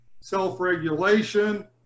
self-regulation